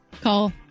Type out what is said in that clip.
Call